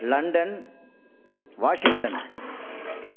London Washington